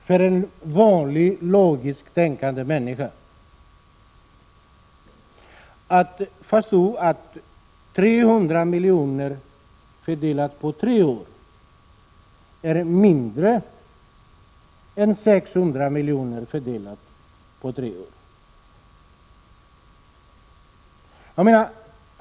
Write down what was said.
För en vanlig logisk människa är det enkelt att förstå att 300 miljoner fördelat på tre år är mindre än 600 miljoner fördelat på tre år.